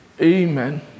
Amen